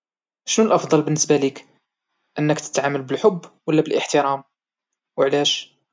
شنو المهم بالنسبة ليك، انك تتعامل بالحب ولا بالاحترام وعلاش؟